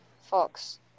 fox